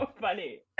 funny